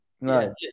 No